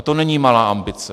To není malá ambice.